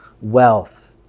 wealth